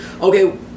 okay